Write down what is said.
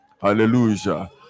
hallelujah